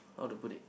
how to put it